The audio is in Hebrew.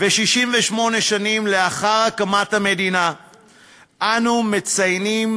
ו-68 שנים לאחר הקמת המדינה אנו מציינים